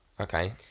Okay